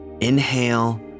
Inhale